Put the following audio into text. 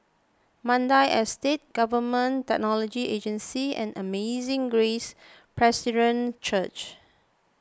Mandai Estate Government Technology Agency and Amazing Grace Presbyterian Church